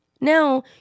Now